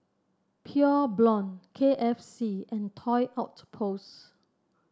Pure Blonde K F C and Toy Outpost